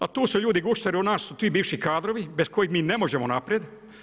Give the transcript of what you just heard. A tu su ljudi gušteri u nas ti bivši kadrovi bez kojih mi ne možemo naprijed.